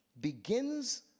begins